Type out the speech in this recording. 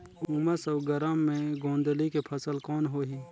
उमस अउ गरम मे गोंदली के फसल कौन होही?